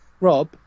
Rob